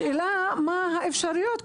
השאלה מה האפשרויות,